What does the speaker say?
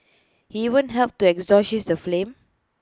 he even helped to extinguish the flames